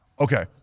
Okay